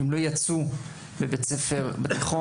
אם לא יצאו עת למדו בבית הספר התיכון.